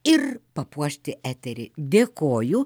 ir papuošti eterį dėkoju